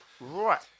right